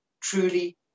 truly